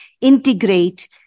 integrate